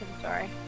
sorry